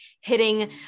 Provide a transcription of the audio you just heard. hitting